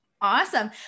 Awesome